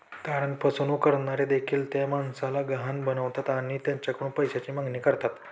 तारण फसवणूक करणारे देखील त्या माणसाला गहाण बनवतात आणि त्याच्याकडून पैशाची मागणी करतात